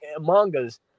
mangas